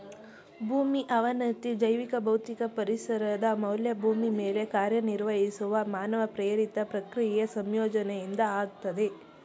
ಭೂಮಿ ಅವನತಿ ಜೈವಿಕ ಭೌತಿಕ ಪರಿಸರದ ಮೌಲ್ಯ ಭೂಮಿ ಮೇಲೆ ಕಾರ್ಯನಿರ್ವಹಿಸುವ ಮಾನವ ಪ್ರೇರಿತ ಪ್ರಕ್ರಿಯೆ ಸಂಯೋಜನೆಯಿಂದ ಆಗ್ತದೆ